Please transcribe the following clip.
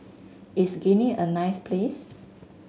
is Guinea a nice place